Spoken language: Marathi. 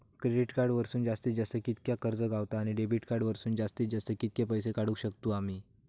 क्रेडिट कार्ड वरसून जास्तीत जास्त कितक्या कर्ज गावता, आणि डेबिट कार्ड वरसून जास्तीत जास्त कितके पैसे काढुक शकतू आम्ही?